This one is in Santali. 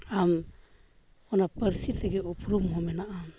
ᱟᱢ ᱚᱱᱟ ᱯᱟᱹᱨᱥᱤ ᱛᱮᱜᱮ ᱩᱯᱨᱩᱢ ᱦᱚᱸ ᱢᱮᱱᱟᱜᱼᱟ